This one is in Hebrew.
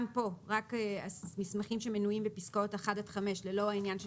גם פה רק המסמכים שמנויים בפסקאות (1) (5) ללא העניין של